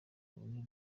bunini